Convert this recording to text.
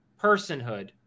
personhood